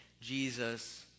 Jesus